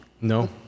No